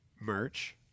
merch